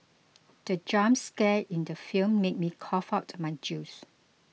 the jump scare in the film made me cough out my juice